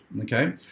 okay